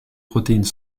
protéines